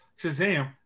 Shazam